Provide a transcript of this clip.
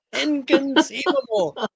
Inconceivable